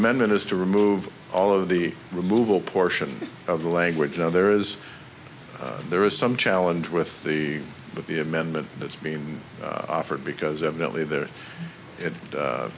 amendment is to remove all of the removal portion of the language so there is there is some challenge with the but the amendment that's being offered because evidently the